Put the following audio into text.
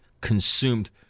consumed